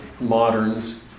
moderns